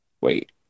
wait